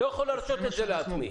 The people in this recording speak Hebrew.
אני לא יכול להרשות את זה לעצמי.